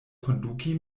konduki